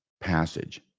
passage